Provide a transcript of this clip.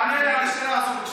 תענה לי על השאלה הזאת,